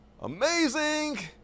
amazing